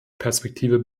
perspektive